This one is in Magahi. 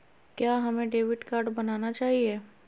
क्या हमें डेबिट कार्ड बनाना चाहिए?